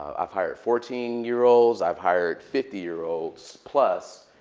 um i've hired fourteen year olds. i've hired fifty year olds plus.